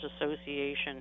Association